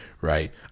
Right